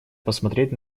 посмотреть